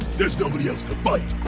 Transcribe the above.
there's nobody else to fight.